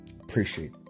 appreciate